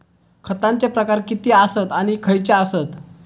खतांचे प्रकार किती आसत आणि खैचे आसत?